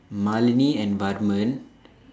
Malene and Varman